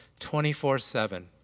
24-7